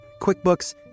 QuickBooks